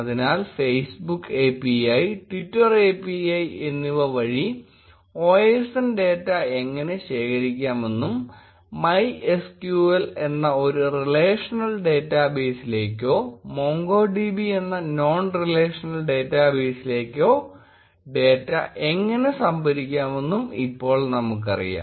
അതിനാൽ Facebook API Twitter API എന്നിവ വഴി OSN ഡേറ്റ എങ്ങനെ ശേഖരിക്കാമെന്നും MySQL എന്ന ഒരു റിലേഷണൽ ഡാറ്റാബേസിലേക്കോ MongoDB എന്ന നോൺ റിലേഷണൽ ഡാറ്റാബേസിലേക്കോ ഡാറ്റ എങ്ങനെ സംഭരിക്കാമെന്നും ഇപ്പോൾ നമുക്കറിയാം